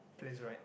place right